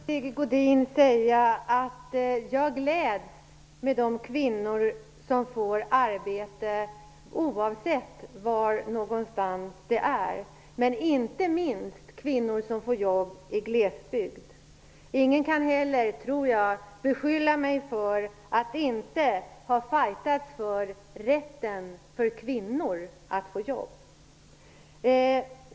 Fru talman! Jag vill bara till Sigge Godin säga att jag gläds med de kvinnor som får arbete oavsett var någonstans det är, men inte minst med kvinnor i glesbygd som får jobb. Ingen kan heller, tror jag, beskylla mig för att inte ha fightats för rätten för kvinnor att få jobb.